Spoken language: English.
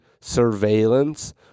surveillance